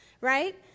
right